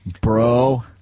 bro